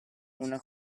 una